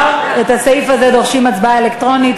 את הסעיף הזה, דורשים הצבעה אלקטרונית.